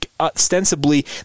ostensibly